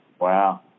Wow